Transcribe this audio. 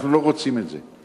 אנחנו לא רוצים את זה.